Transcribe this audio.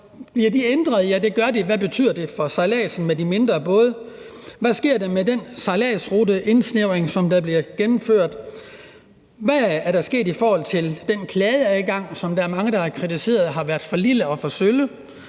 Hvad betyder det for sejladsen med de mindre både? Hvad sker der med den sejladsrute og indsnævring, der bliver gennemført? Hvad er der sket i forhold til den klageadgang, som mange har kritiseret har været for lille og for sølle?